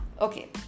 Okay